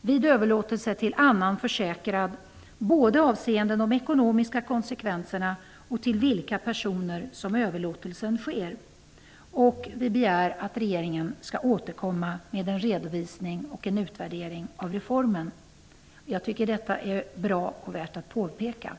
vid överlåtelse till annan försäkrad både avseende de ekonomiska konsekvenserna och till vilka personer som överlåtelsen sker. Regeringen bör därefter återkomma till riksdagen med en redovisning och utvärdering av reformen.'' Det är bra och värt att påpeka.